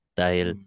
dahil